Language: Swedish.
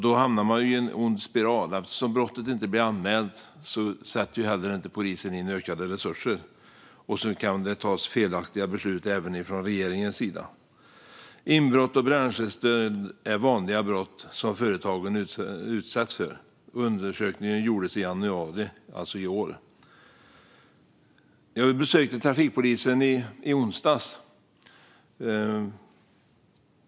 Då hamnar man i en ond spiral. Eftersom brotten inte blir anmälda sätter polisen inte heller in ökade resurser. Det kan även tas felaktiga beslut från regeringens sida. Inbrott och bränslestöld är vanliga brott som företagen utsätts för. Undersökningen gjordes i januari i år. Jag besökte trafikpolisen i onsdags.